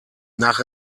nach